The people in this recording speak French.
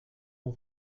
mon